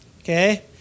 okay